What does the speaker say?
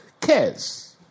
cares